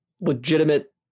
legitimate